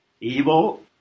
Evil